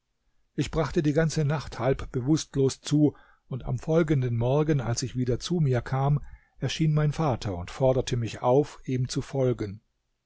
ich brachte die ganze nacht halb bewußtlos zu und am folgenden morgen als ich wieder zu mir kam erschien mein vater und forderte mich auf ihm zu folgen